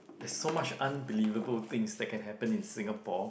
there's so much unbelievable things that can happen in Singapore